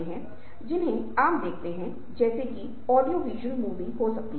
मौन एक ऐसी चीज़ है जो हमारे जीवन का बहुत महत्वपूर्ण हिस्सा है